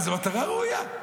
זה למטרה ראויה.